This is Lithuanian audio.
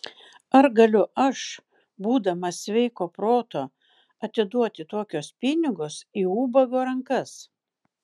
ar galiu aš būdamas sveiko proto atiduoti tokius pinigus į ubago rankas